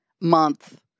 month